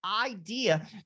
idea